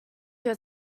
your